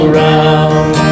round